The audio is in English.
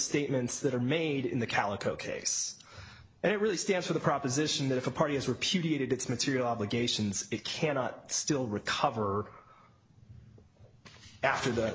statements that are made in the calico case and it really stands for the proposition that if a party has repudiated its material obligations it cannot still recover after th